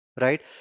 right